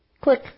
Click